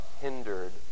hindered